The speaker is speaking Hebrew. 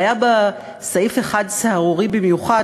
והיה בה סעיף אחד סהרורי במיוחד,